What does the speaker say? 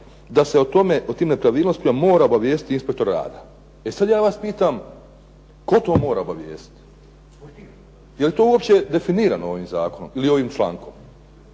da se o tim nepravilnostima mora obavijestiti inspektor rada. Sad ja vas pitam tko to mora obavijestiti, je li to uopće definirano ovim zakonom ili ovim člankom.